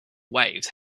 waves